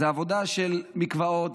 זו עבודה של מקוואות,